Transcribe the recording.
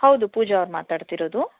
ಹೌದು ಪೂಜಾ ಅವರು ಮಾತಾಡ್ತಿರೋದು